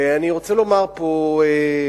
אני רוצה לומר פה לכנסת,